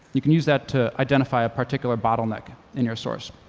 you can use that to identify a particular bottleneck in your source.